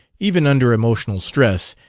even under emotional stress,